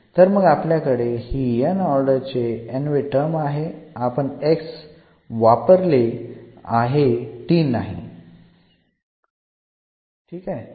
तर मग आपल्याकडे ही n ऑर्डर चे n वे टर्म आहे आपण x वापरले आहे t नाही